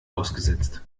ausgesetzt